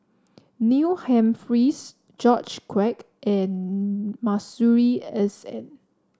Neil Humphreys George Quek and Masuri S N